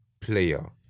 player